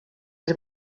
les